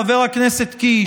חבר הכנסת קיש,